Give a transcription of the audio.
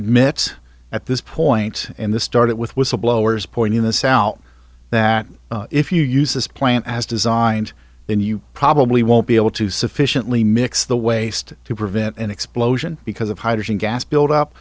minutes at this point in the start it with whistleblowers pointing this out that if you use this plant as designed then you probably won't be able to sufficiently mix the waste to prevent an explosion because of hydrogen gas build up